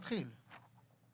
תתחיל.